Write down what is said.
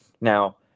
Now